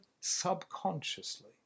subconsciously